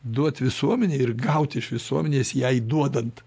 duot visuomenei ir gaut iš visuomenės jai duodant